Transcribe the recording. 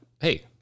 hey